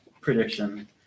prediction